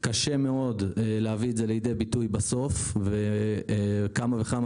קשה מאוד להביא את זה לידי ביטוי בסוף וכמה וכמה